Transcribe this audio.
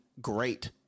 great